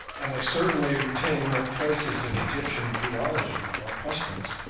and they certainly retain no traces of egyptian theology or customs.